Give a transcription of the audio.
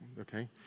okay